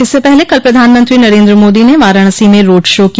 इससे पहले कल प्रधानमंत्री नरेंद्र मोदी ने वाराणसी में रोड शो किया